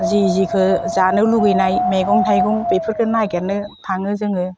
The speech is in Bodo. जि जिखौ जानो लुबैनाय मैगं थाइगं बेफोरखौ नागिरनो थाङो जोङो